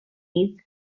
its